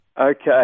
Okay